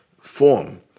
form